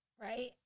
right